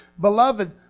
Beloved